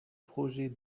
projet